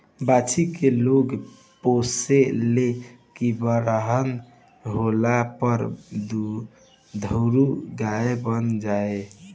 बाछी के लोग पोसे ले की बरहन होला पर दुधारू गाय बन जाओ